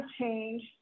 change